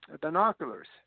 Binoculars